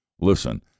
Listen